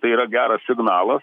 tai yra geras signalas